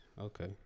Okay